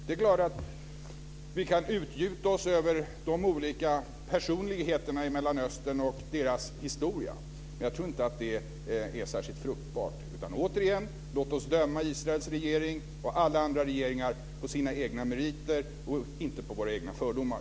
Det är klart att vi kan utgjuta oss över de olika personligheterna i Mellanöstern och deras historia, men jag tror inte att det är särskilt fruktbart. Återigen: Låt oss döma Israels regering och alla andra regeringar på deras egna meriter och inte på våra egna fördomar.